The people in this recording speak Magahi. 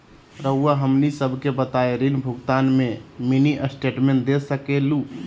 रहुआ हमनी सबके बताइं ऋण भुगतान में मिनी स्टेटमेंट दे सकेलू?